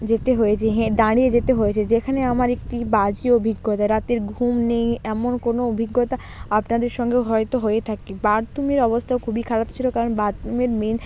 যেতে হয়েছে হেঁ দাঁড়িয়ে যেতে হয়েছে যেখানে আমার একটি বাজে অভিজ্ঞতা রাতের ঘুম নেই এমন কোনো অভিজ্ঞতা আপনাদের সঙ্গে হয়তো হয়ে থাকে বাথরুমের অবস্থাও খুবই খারাপ ছিল কারণ বাথরুমের মেন